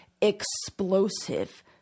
explosive